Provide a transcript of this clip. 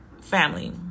family